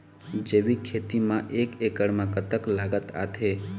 जैविक खेती म एक एकड़ म कतक लागत आथे?